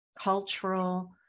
cultural